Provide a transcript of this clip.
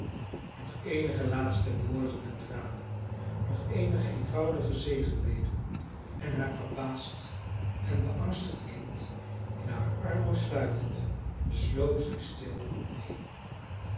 nog eenige laatste woorden en tranen nog eenige eenvoudige zegenbeden en haar verbaasd en beangstigd kind in hare armen sluitende sloop zij stil heen